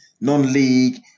non-league